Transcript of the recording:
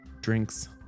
drinks